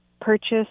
purchase